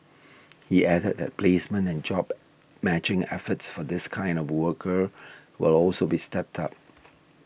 he added that placement and job matching efforts for this kind of workers will also be stepped up